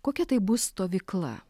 kokia tai bus stovykla